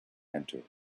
entered